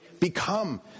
become